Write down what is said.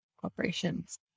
corporations